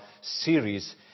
series